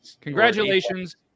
Congratulations